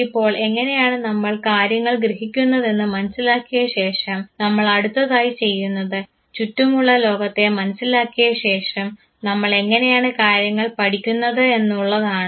ഇപ്പോൾ എങ്ങനെയാണ് നമ്മൾ കാര്യങ്ങൾ ഗ്രഹിക്കുന്നതെന്ന് മനസ്സിലാക്കിയശേഷം നമ്മൾ അടുത്തതായി ചെയ്യുന്നത് ചുറ്റുമുള്ള ലോകത്തെ മനസ്സിലാക്കിയ ശേഷം നമ്മൾ എങ്ങനെയാണ് കാര്യങ്ങൾ പഠിക്കുന്നത് എന്നുള്ളതാണ്